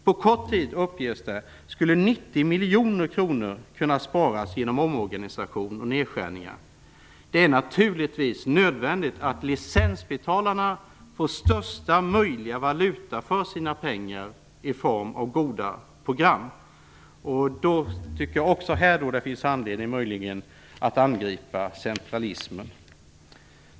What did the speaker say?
På kort tid, uppges det, skulle 90 miljoner kronor kunna sparas genom omorganisation och nedskärningar. Det är naturligtvis nödvändigt att licensbetalarna får största möjliga valuta för sina pengar i form av goda program. Här tycker jag också att det finns anledning att angripa centralismen.